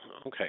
okay